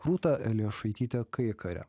rūta elijošaitytė kaikarė